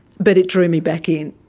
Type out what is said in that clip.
but it drew me back in.